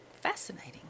Fascinating